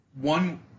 one